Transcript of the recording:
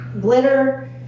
glitter